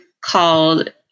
called